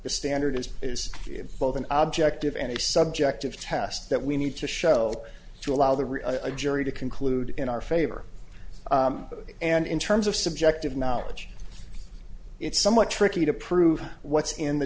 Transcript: the standard is is both an object of any subjective test that we need to show to allow the jury to conclude in our favor and in terms of subjective knowledge it's somewhat tricky to prove what's in the